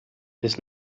des